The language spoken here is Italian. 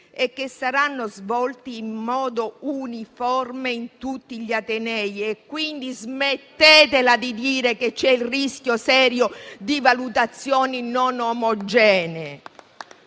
e che saranno svolti in modo uniforme in tutti gli atenei. Smettetela quindi di dire che c'è il rischio serio di valutazioni non omogenee.